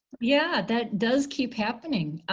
yeah that does keep happening.